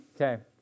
Okay